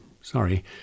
Sorry